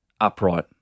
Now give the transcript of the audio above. upright